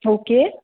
okay